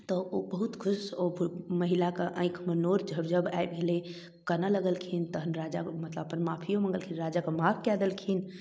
तऽ ओ बहुत खुश ओ महिलाके आँखिमे नोर झरझर आबि गेलय ओ कानऽ लगलखिन तहन राजा मतलब अपन माफियो मङ्गलखिन राजाके माफ कए देलखिन